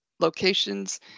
locations